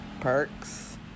perks